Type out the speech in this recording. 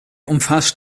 umfasst